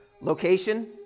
location